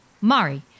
Mari